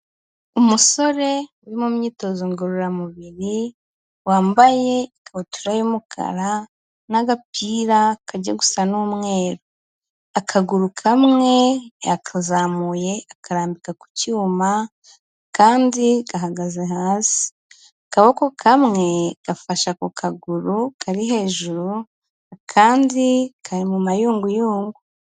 Umusore uri mu myitozo ngororamubiri, wambaye ikabutura y'umukara n'agapira kajya gusa n'umweru, akaguru kamwe yakazamuye akarambika ku cyuma, akandi gahagaze hasi, akaboko kamwe gafashe ako kaguru kari hejuru, akandi kari mu mayunguyungu.